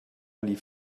lief